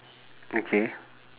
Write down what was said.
okay